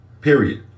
Period